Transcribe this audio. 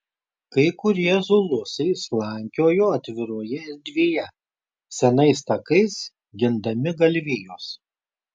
kai kurie zulusai slankiojo atviroje erdvėje senais takais gindami galvijus